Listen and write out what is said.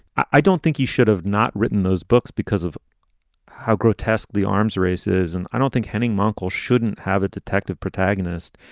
i don't think he should have not written those books because of how grotesque the arms race is. and i don't think henning mongkol shouldn't have a detective protagonist.